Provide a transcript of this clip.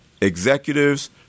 executives